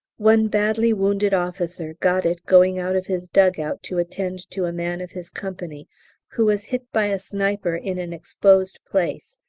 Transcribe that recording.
one badly wounded officer got it going out of his dug-out to attend to a man of his company who was hit by a sniper in an exposed place,